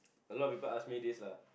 a lot people ask me this lah